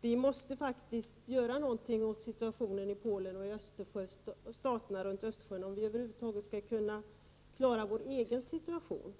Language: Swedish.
Vi måste faktiskt göra något åt situationen i Polen och de övriga staterna runt Östersjön, om vi över huvud taget skall kunna klara vår egen situation.